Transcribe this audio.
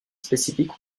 spécifique